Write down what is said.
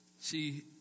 See